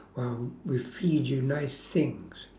while we feed you nice things